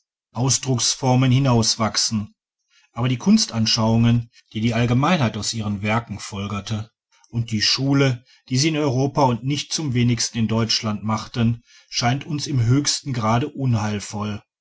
ausdrucksformen hinauswachsen aber die kunstanschauungen die die allgemeinheit aus ihren werken folgerte und die schule die sie in europa und nicht zum wenigsten in deutschland machten scheint uns im höchsten grade unheilvoll